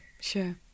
sure